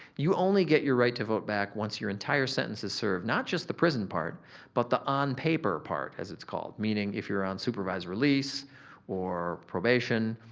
you only get your right to vote back once your entire sentence is served, not just the prison part but the on paper part as it's called, meaning if you're on supervised release or probation,